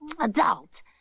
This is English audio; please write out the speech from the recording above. adult